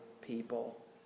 people